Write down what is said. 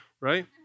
right